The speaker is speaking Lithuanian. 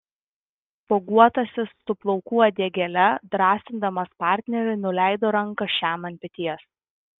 spuoguotasis su plaukų uodegėle drąsindamas partnerį nuleido ranką šiam ant peties